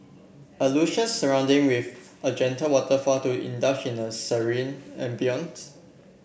a surrounding with a gentle waterfall to indulge in a serene ambience